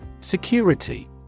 Security